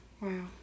Wow